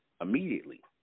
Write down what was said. immediately